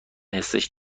حسش